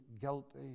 guilty